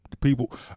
people